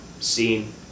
scene